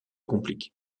complique